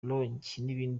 rongi